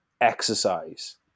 exercise